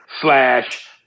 slash